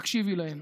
תקשיבי להן,